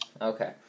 okay